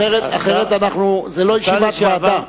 זו לא ישיבת ועדה.